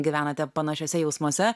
gyvenate panašiuose jausmuose